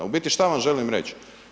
U biti šta vam želim reć?